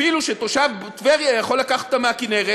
אפילו שתושב טבריה יכול לקחת אותם מהכינרת